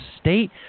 state